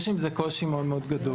יש עם זה קושי מאוד מאוד גדול.